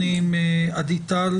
לאחר מכן נשמע התייחסויות,